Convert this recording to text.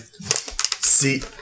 See